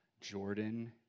Jordan